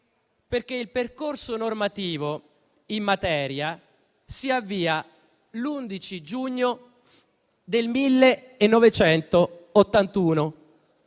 Perché il percorso normativo in materia si avvia l'11 giugno 1981.